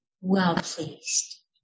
well-pleased